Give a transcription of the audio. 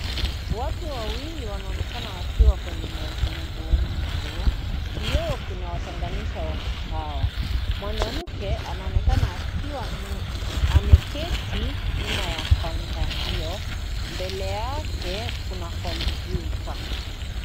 Watu wawili wanaonekana wakiwa kwenye mazungumzo, kioo kimewatenganisha watu hawa. Mwanamke anaonekana akiwa ameketi nyuma ya kaunta hiyo, mbele yake kuna kompyuta.